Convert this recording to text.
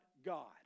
God